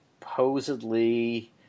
supposedly